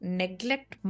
neglect